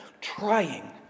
Trying